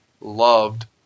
loved